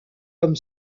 comme